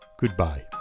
Goodbye